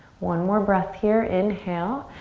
one more breath here, inhale.